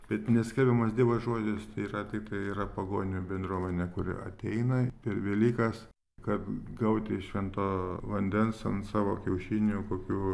bet neskelbiamas dievo žodis tai yra tai tai yra pagonių bendruomenė kuri ateina per velykas kad gauti švento vandens ant savo kiaušinių kokių